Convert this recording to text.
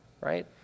right